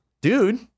Dude